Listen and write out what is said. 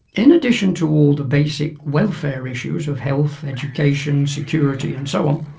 in addition to all the basic welfare issues of health, education, security and so on,